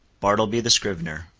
bartleby, the scrivener.